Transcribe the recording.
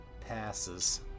Passes